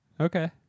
Okay